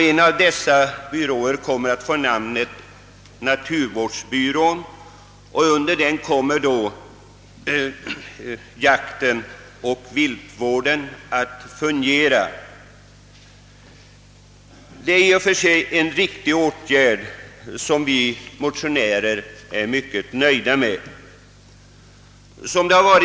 En av dessa byråer kommer att få namnet naturvårdsbyrån, och under den kommer en sektion för jaktoch viltvården att sortera. Det är i och för sig en riktig åtgärd som vi motionärer är mycket nöjda med.